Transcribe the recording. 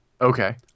okay